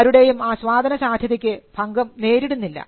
ആരുടേയും ആസ്വാദന സാധ്യതയ്ക്ക് ഭംഗം നേരിടുന്നില്ല